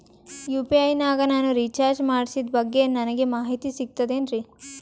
UPI ನಾಗ ನಾನು recharge ಮಾಡಿಸಿದ ಬಗ್ಗೆ ನನಗೆ ಮಾಹಿತಿ ಸಿಗುತೇನ್ರೀ?